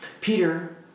Peter